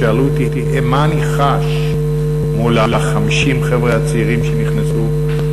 כששאלו אותי מה אני חש מול 50 החבר'ה הצעירים שנכנסו,